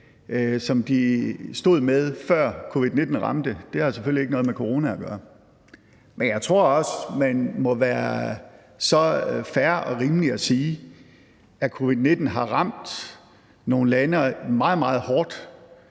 som de stod med før covid-19 ramte, selvfølgelig ikke har noget med corona at gøre. Men jeg tror også, at man må være så fair og rimelig at sige, at covid-19 har ramt nogle lande meget, meget